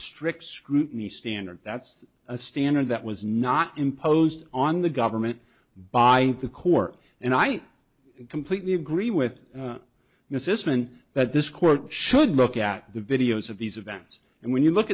strict scrutiny standard that's a standard that was not imposed on the government by the court and i completely agree with mrs mn that this court should look at the videos of these events and when you look